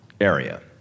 area